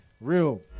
Real